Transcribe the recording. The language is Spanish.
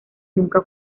nunca